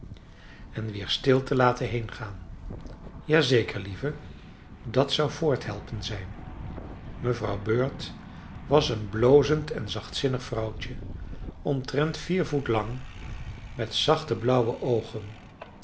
en weer stil te laten heengaan ja zeker lieve dat zou voorthelpen zijn mevrouw bird was een blozend en zachtzinnig vrouwtje omtrent vier voet lang met zachte blauwe oogen